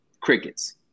Crickets